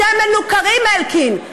אתם מנוכרים, אלקין.